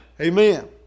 Amen